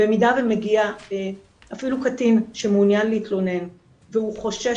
במידה ומגיעה אפילו קטין שמעוניין להתלונן והוא חושש